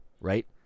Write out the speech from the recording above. right